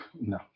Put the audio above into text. No